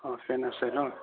অঁ ফেন আছে ন